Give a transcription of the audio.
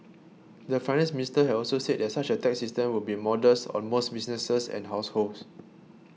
the Finance Minister had also said that such a tax system would be modest on most businesses and households